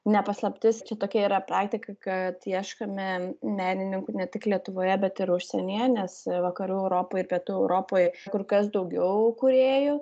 ne paslaptis čia tokia yra praktika kad ieškome menininkų ne tik lietuvoje bet ir užsienyje nes vakarų europoj pietų europoj kur kas daugiau kūrėjų